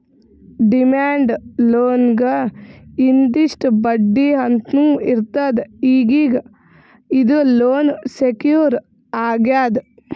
demand ಲೋನ್ಗ್ ಇಂತಿಷ್ಟ್ ಬಡ್ಡಿ ಅಂತ್ನೂ ಇರ್ತದ್ ಈಗೀಗ ಇದು ಲೋನ್ ಸೆಕ್ಯೂರ್ ಆಗ್ಯಾದ್